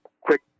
quick